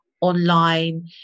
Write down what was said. online